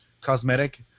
cosmetic